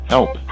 Help